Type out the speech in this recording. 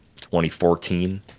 2014